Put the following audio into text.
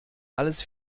alles